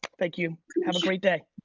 thank you have a great day.